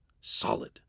Solid